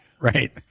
Right